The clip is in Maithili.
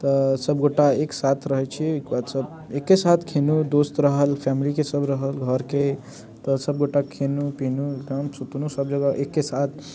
तऽ सब गोटा एक साथ रहैत छी ओकर बाद सब एके साथ खयलहुँ दोस्त रहल फैमिलीके सब रहल घरके सब गोटा खयलहुँ पीलहुँ एकठाम सुतलहुँ सब